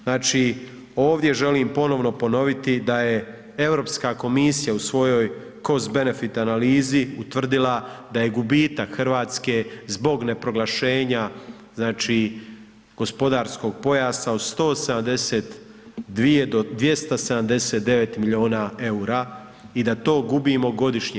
Znači, ovdje želim ponovno ponoviti da je Europska komisija u svojoj Cost-benefit analizi utvrdili da je gubitak RH zbog neproglašenja, znači, gospodarskog pojasa od 172 do 279 milijuna EUR-a i da to gubimo godišnje.